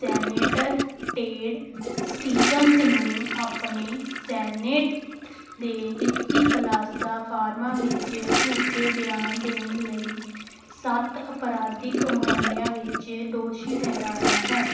senator Ted Stevens ਨੂੰ ਆਪਣੇ senate ਦੇ ਵਿੱਤੀ ਖੁਲਾਸਾ ਫਾਰਮਾਂ ਵਿੱਚ ਝੂਠੇ ਬਿਆਨ ਦੇਣ ਲਈ ਸੱਤ ਅਪਰਾਧਿਕ ਮਾਮਲਿਆਂ ਵਿੱਚ ਦੋਸ਼ੀ ਠਹਿਰਾਇਆ ਹੈ